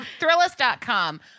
Thrillist.com